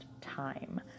time